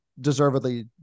deservedly